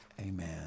Amen